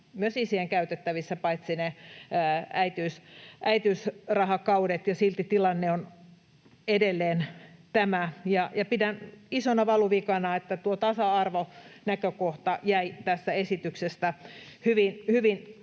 myös isien käytettävissä, silti tilanne on edelleen tämä. Pidän isona valuvikana, että tuo tasa-arvo-näkökohta jäi tässä esityksessä hyvin